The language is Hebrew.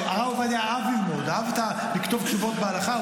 הרב עובדיה אהב ללמוד, אהב לכתוב תשובות בהלכה.